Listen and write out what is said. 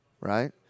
right